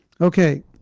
Okay